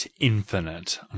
infinite